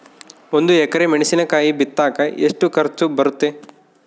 ಒಂದು ಎಕರೆ ಮೆಣಸಿನಕಾಯಿ ಬಿತ್ತಾಕ ಎಷ್ಟು ಖರ್ಚು ಬರುತ್ತೆ?